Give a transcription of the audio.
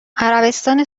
عربستان